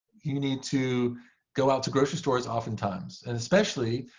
you need to go out to grocery stores oftentimes. and especially,